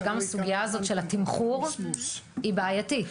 גם הסוגייה הזאת של התמחור היא בעייתית.